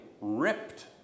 ripped